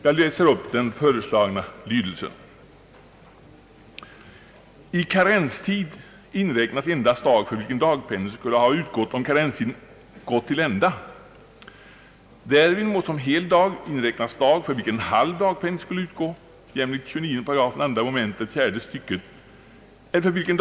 Jag läser upp den föreslagna lydelsen: Herr talman!